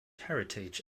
heritage